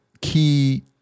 key